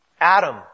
Adam